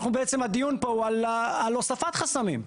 בעצם הדיון פה הוא על הוספת חסמים.